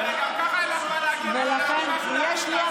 שלי פה ולא לקצר אותה אפילו בעשר שניות.